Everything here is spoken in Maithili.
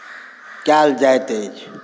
कएल जाइत अछि